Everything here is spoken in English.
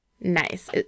Nice